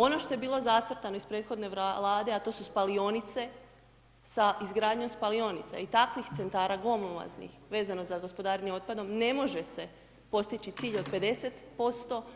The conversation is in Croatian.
Ono što je bilo zacrtano iz prethodne Vlade, a to su spalionice, sa izgradnjom spalionica i takvih Centara, glomaznih, vezano za gospodarenje otpadom, ne može se postići cilj od 50%